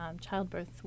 childbirth